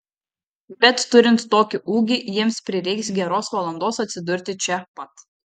bet turint tokį ūgį jiems prireiks geros valandos atsidurti čia pat